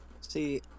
See